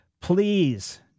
please